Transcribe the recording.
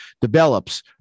develops